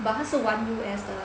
but 他是玩 U_S 的